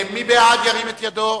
מי שבעד, ירים את ידו.